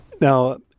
Now